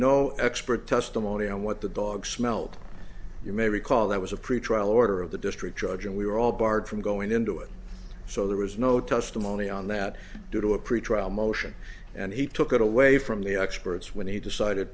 no expert testimony on what the dog smelled you may recall that was a pretrial order of the district judge and we were all barred from going into it so there was no testimony on that due to a pretrial motion and he took it away from the experts when he decided